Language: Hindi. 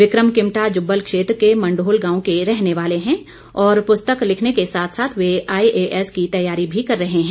विक्रम किमटा जुब्बल क्षेत्र के मंढोल गांव के रहने वाले हैं और पुस्तक लिखने के साथ साथ वे आईएएस की तैयारी भी कर रहे हैं